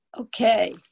Okay